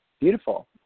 Beautiful